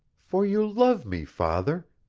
for you love me, father,